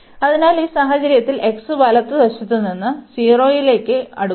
അതിനാൽ ഈ സാഹചര്യത്തിൽ x വലതുവശത്ത് നിന്ന് 0 ലേക്ക് അടുക്കുന്നു